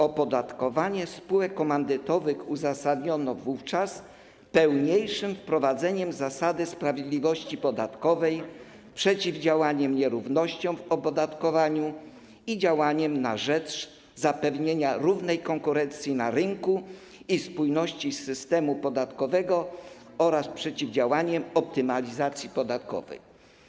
Opodatkowanie spółek komandytowych uzasadniono wówczas pełniejszym wprowadzeniem zasady sprawiedliwości podatkowej, przeciwdziałaniem nierównościom w opodatkowaniu i działaniem na rzecz zapewnienia równej konkurencji na rynku i spójności systemu podatkowego oraz przeciwdziałaniem optymalizacji podatkowej.